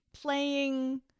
playing